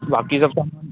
बाक़ी सभु